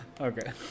Okay